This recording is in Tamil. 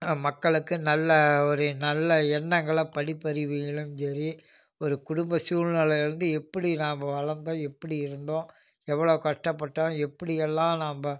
மக்களுக்கு நல்ல ஒரு நல்ல எண்ணங்களை படிப்பறிவுகளையும் சரி ஒரு குடும்ப சூழ்நிலையிலிருந்து எப்படி நாம் வளர்ந்தோம் எப்படி இருந்தோம் எவ்வளோ கஷ்டப்பட்டோம் எப்படி எல்லாம் நாம்